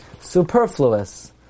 superfluous